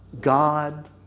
God